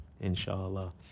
inshallah